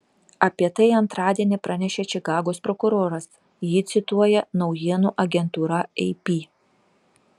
apie tai antradienį pranešė čikagos prokuroras jį cituoja naujienų agentūra ap